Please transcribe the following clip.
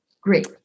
Great